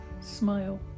smile